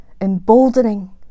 emboldening